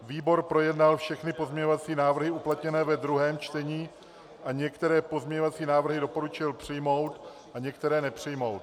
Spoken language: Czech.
Výbor projednal všechny pozměňovací návrhy uplatněné ve druhém čtení a některé pozměňovací návrhy doporučil přijmout a některé nepřijmout.